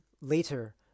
later